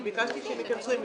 אני מצביע על ה-CRS,